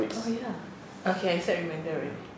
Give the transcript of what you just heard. oh ya okay I set reminder already